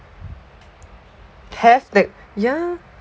have that ya